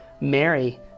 Mary